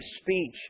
speech